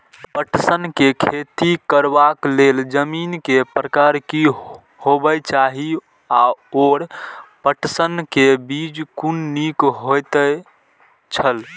पटसन के खेती करबाक लेल जमीन के प्रकार की होबेय चाही आओर पटसन के बीज कुन निक होऐत छल?